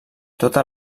tota